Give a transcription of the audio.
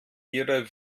ihrer